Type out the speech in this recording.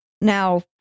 Now